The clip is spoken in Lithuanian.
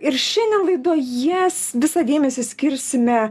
ir šiandien laidoje visą dėmesį skirsime